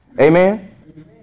Amen